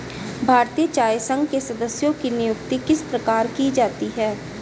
भारतीय चाय संघ के सदस्यों की नियुक्ति किस प्रकार की जाती है?